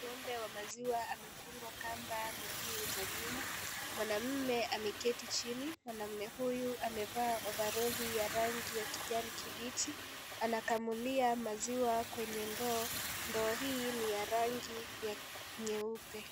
Ng'ombe wa maziwa amefungwa kamba miguu za nyuma mwanaume ameketi chini, mwanaume amevaa ovaroli ya rangi ya kijani kibichi anakamulia maziwa kwenye ndoo, ndoo hii ni ya rangi nyeupe.